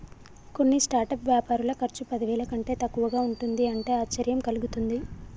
కొన్ని స్టార్టప్ వ్యాపారుల ఖర్చు పదివేల కంటే తక్కువగా ఉంటుంది అంటే ఆశ్చర్యం కలుగుతుంది